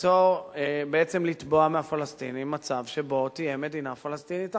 לתבוע מהפלסטינים מצב שבו תהיה מדינה פלסטינית אחת.